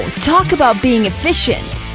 talk about being efficient!